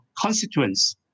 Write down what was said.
constituents